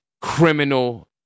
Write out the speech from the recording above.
criminal